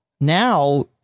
now